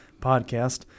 podcast